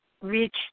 reach